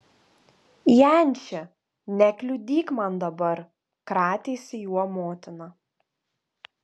janči nekliudyk man dabar kratėsi juo motina